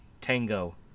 Tango